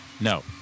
No